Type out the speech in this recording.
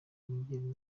mungire